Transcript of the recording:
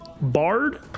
Bard